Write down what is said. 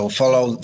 follow